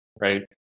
Right